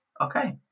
Okay